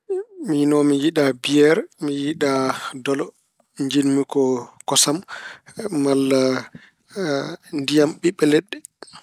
Miino mi yiɗaa biyeer, mi yiɗaa dolo. Njiɗmi ko kosam malla ndiyam ɓiɓɓe leɗɗe.